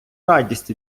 радість